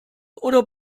oder